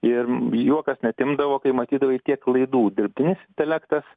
ir juokas net imdavo kai matydavai tiek klaidų dirbtinis intelektas